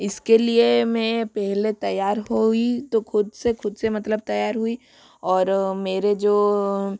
इसके लिए मैं पहले तैयार हुई तो खुद से खुद से मतलब तैयार हुई और मेरे जो